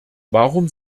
warum